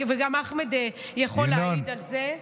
וגם אחמד יכול להעיד על זה.